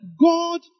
God